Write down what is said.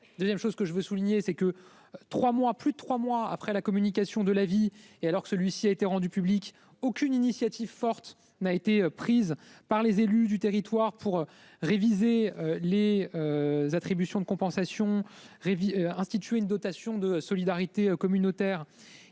vie. 2ème, chose que je veux souligner c'est que 3 mois plus de 3 mois après la communication de la vie et alors que celui-ci a été rendu publique aucune initiative forte n'a été prise par les élus du territoire pour. Réviser les. Attributions de compensation. Instituer une dotation de solidarité communautaire